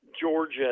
Georgia